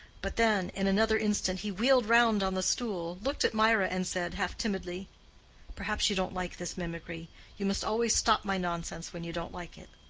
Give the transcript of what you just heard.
but then in another instant he wheeled round on the stool, looked at mirah and said, half timidly perhaps you don't like this mimicry you must always stop my nonsense when you don't like it.